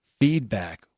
feedback